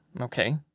okay